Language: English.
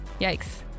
Yikes